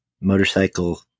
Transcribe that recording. motorcycle